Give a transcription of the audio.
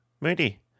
Moody